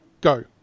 Go